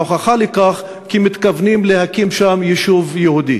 ההוכחה לכך היא שמתכוונים להקים שם יישוב יהודי.